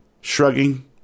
Shrugging